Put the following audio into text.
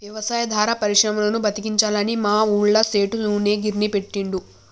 వ్యవసాయాధార పరిశ్రమలను బతికించాలని మా ఊళ్ళ సేటు నూనె గిర్నీ పెట్టిండు